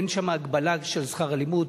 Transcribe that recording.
אין שם הגבלה של שכר הלימוד.